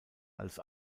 als